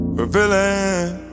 Revealing